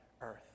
earth